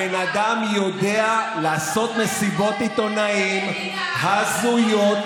הבן אדם יודע לעשות מסיבות עיתונאים הזויות,